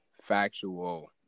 Factual